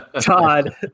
Todd